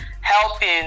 helping